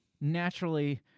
naturally